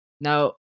Now